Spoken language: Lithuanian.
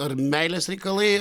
ar meilės reikalai